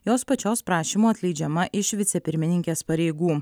jos pačios prašymu atleidžiama iš vicepirmininkės pareigų